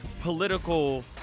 political